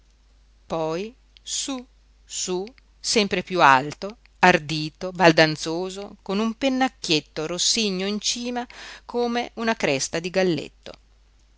poi sú sú sempre piú alto ardito baldanzoso con un pennacchietto rossigno in cima come una cresta di galletto